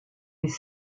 les